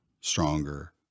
stronger